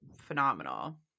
phenomenal